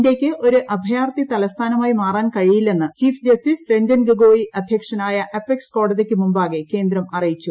ഇന്ത്യയ്ക്ക് ഒരു അഭയാർത്ഥി തലസ്ഥാനമായി മാറാൻ കഴിയില്ലെന്ന് ചീഫ് ജസ്റ്റിസ് രഞ്ചൻ ഗൊഗോയ് അധ്യക്ഷനായ അപ്പെക്സ് കോടതിക്ക് മുമ്പാകെ കേന്ദ്രം അറിയിച്ചു